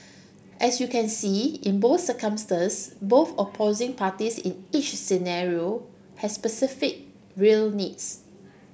as you can see in both circumstances both opposing parties in each scenario has specific real needs